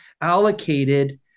allocated